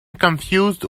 confused